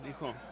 dijo